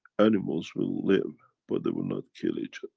animals will live but they will not kill each